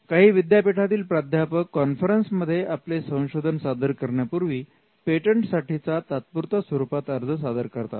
काही विद्यापीठातील प्राध्यापक कॉन्फरन्स मध्ये आपले संशोधन सादर करण्यापूर्वी पेटंटसाठी चा तात्पुरत्या स्वरूपात अर्ज सादर करतात